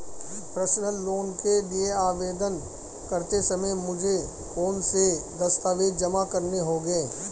Personal loan के लिए आवेदन करते समय मुझे कौन से दस्तावेज़ जमा करने होंगे?